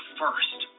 first